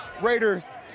Raiders